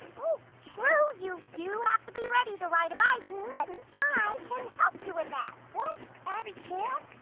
oh true, you do have to be ready to ride a bike but i can help you with that. what? abby can?